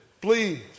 please